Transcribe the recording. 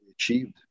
achieved